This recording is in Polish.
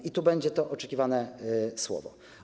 I tu będzie to oczekiwane słowo.